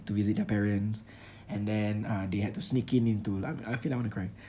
to visit their parents and then uh they had to sneak in into I I feel like I want to cry